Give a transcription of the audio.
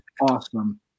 awesome